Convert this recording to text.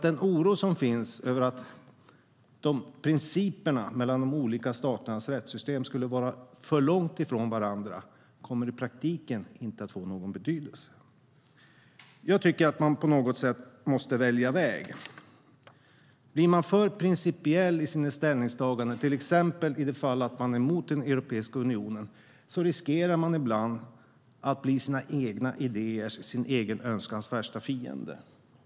Den oro som finns för att principerna i de olika staternas rättssystem skulle vara alltför långt från varandra kommer i praktiken inte att få någon betydelse. Jag tycker att man på något sätt måste välja väg. Blir man för principiell i sina ställningstaganden, till exempel i det fall att man är emot Europeiska unionen, riskerar man ibland att bli sin egen önskans värsta fiende.